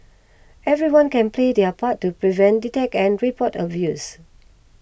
everyone can play their part to prevent detect and report abuse